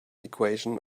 equation